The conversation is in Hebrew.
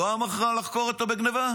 היא לא אמרה לך לחקור אותו על גנבה?